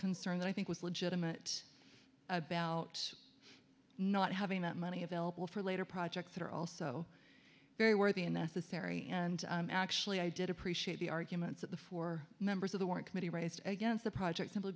concern that i think was legitimate about not having that money available for later projects that are also very worthy and necessary and actually i did appreciate the arguments of the four members of the work committee raised against the project simply